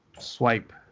swipe